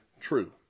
true